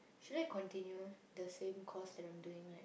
should I continue the same course that I'm doing now